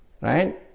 Right